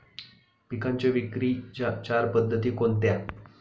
पिकांच्या विक्रीच्या चार पद्धती कोणत्या?